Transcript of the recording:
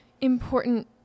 important